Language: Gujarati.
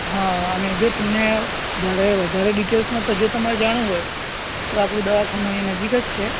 હા અને જો તમને જરાય વધારે ડીટેઈલ્સમાં જો તમારે જાણવું હોય તો આપણું દવાખાનું અહીં નજીક જ છે